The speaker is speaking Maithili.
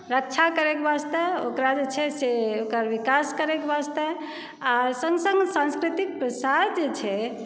रक्षा करयके वास्ते ओकरा जे छै से ओकर विकास करैके वास्ते आ संग संग सांस्कृतिक प्रसार जे छै